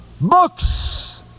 books